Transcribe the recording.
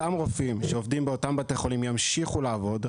אותם רופאים שעובדים באותם בתי חולים ימשיכו לעבוד,